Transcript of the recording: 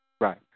Right